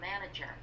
manager